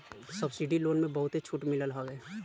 subsidy loan में बहुते छुट मिलत हवे